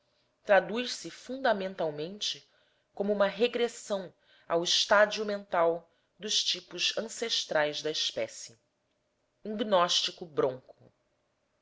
traduz se fundamentalmente como uma regressão ao estádio mental dos tipos ancestrais da espécie um gnóstico bronco